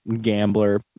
gambler